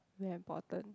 very important